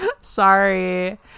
Sorry